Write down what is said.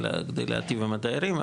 כדי להטיב עם הדיירים,